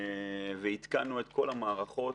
ועדכנו את כל המערכות,